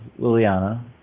Liliana